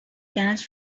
gas